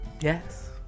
Yes